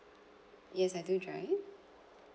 yes I do drive